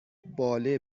باله